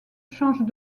changent